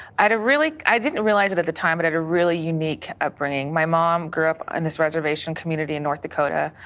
i had a really i didn't realize it at the time, but i had a really unique upbringing. my mom grew up on and this reservation community in north dakota.